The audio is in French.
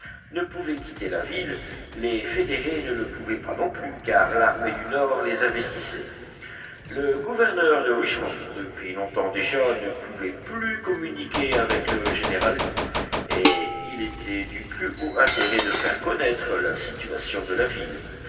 ne pouvaient quitter la ville les fédérés ne le pouvaient pas non plus car l'armée du nord les investissait le gouverneur de richmond depuis longtemps déjà ne pouvait plus communiquer avec le général lee et il était du plus haut intérêt de faire connaître la situation de la ville